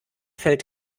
fällt